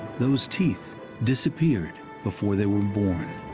those teeth disappeared before they were born.